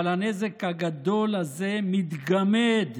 אבל הנזק הגדול הזה מתגמד,